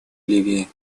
ливии